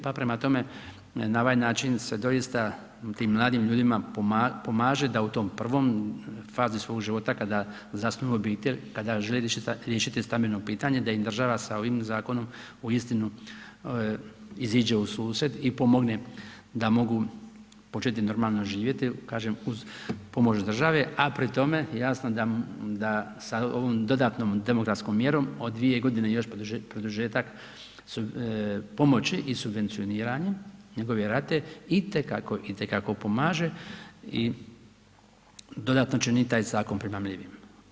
Pa prema tome, na ovaj način se doista tim mladim ljudima pomaže da u tom prvom, fazi svog života kada zasniva obitelj, kada želi riješiti stambeno pitanje da im država sa ovim zakonom uistinu iziđe u susret i pomogne da mogu početi normalno živjeti kažem uz pomoć države a pri tome jasno da sa ovom dodatnom demografskom mjerom od 2 godine još produžetak pomoći i subvencioniranja njegove rate itekako, itekako pomaže i dodatno čini taj zakon primamljivim.